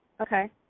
Okay